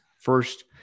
First